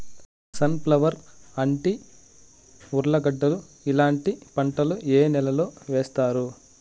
Sun flower, అంటి, ఉర్లగడ్డలు ఇలాంటి పంటలు ఏ నెలలో వేస్తారు?